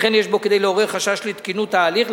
וכן יש בו כדי לעורר חשש לתקינות ההליך.